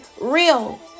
real